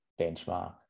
benchmark